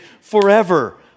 forever